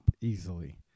easily